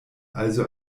also